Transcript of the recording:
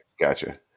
gotcha